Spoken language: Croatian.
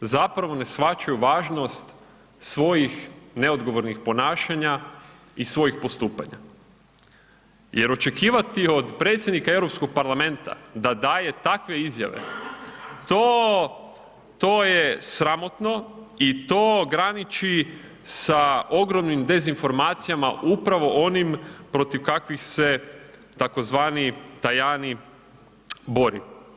zapravo ne shvaćaju važnost svojih neodgovornih ponašanja i svojih postupanja jer očekivati od predsjednika Europskog parlamenta da daje takve izjave, to je je sramotno i to graniči sa ogromnim dezinformacijama upravo onim protiv kakvih se tzv. Tajani bori.